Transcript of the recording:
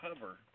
cover